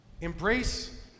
Embrace